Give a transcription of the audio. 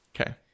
Okay